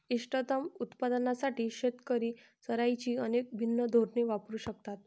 इष्टतम उत्पादनासाठी शेतकरी चराईची अनेक भिन्न धोरणे वापरू शकतात